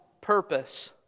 purpose